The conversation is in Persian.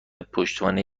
پشتوانه